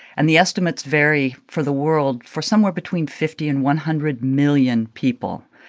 and the estimates vary for the world for somewhere between fifty and one hundred million people,